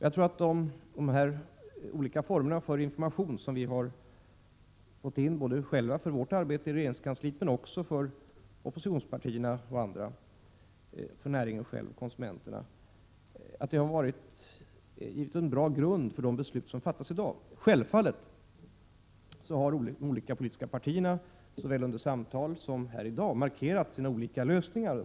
Den information som vi i olika former har fått in har varit bra inte bara för oss själva i vårt arbete i regeringskansliet utan också för oppositionspartierna och andra, för näringen själv och för konsumenterna. Den har givit en bra grund för de beslut som nu skall fattas. Självfallet har de olika politiska partierna såväl under samtal som här i dag markerat sina olika lösningar.